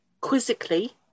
Quizzically